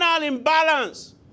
imbalance